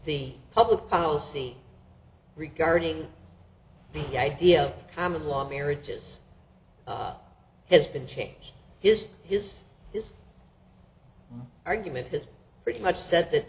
the public policy regarding the idea of common law marriages has been changed his his this argument has pretty much said that